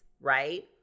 right